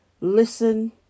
listen